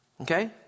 Okay